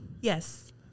Yes